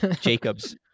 Jacobs